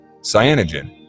cyanogen